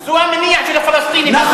זה המניע של הפלסטינים, אגב.